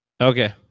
Okay